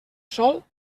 sol